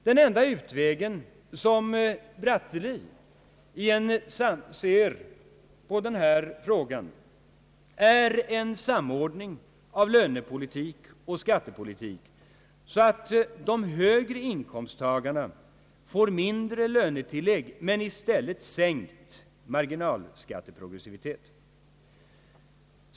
Den enda utvägen som Bratteli ser i den här frågan är en samordning av lönepolitik och skattepolitik så att de högre inkomsttagarna får mindre lönetillägg men i stället sänkt marginalskatteprogressivitet.